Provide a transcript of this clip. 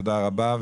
תודה רבה.